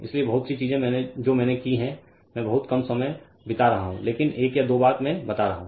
इसलिए बहुत सी चीजें जो मैंने की हैं मैं बहुत कम समय बिता रहा हूं लेकिन एक या दो बात मैं बता रहा हूं